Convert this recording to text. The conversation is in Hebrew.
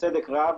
בצדק רב,